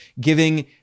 giving